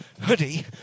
hoodie